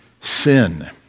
sin